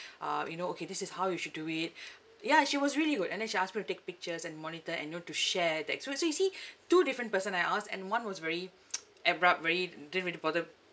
uh you know okay this is how you should do it ya she was really good and then she asked me to take pictures and monitor and you know to share that ex~ so you see two different person I asked and one was very abrupt very didn't really bother